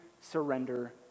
surrender